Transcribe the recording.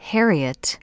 Harriet